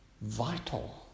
vital